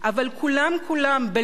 בלא יוצא מן הכלל,